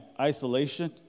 isolation